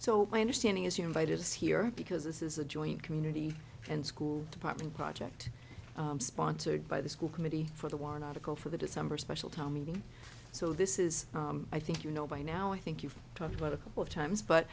so my understanding is you invited us here because this is a joint community and school department project sponsored by the school committee for the one article for the december special town meeting so this is i think you know by now i think you've talked about a couple of times but